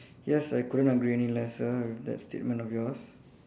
yes I couldn't agree any lesser with that statement of yours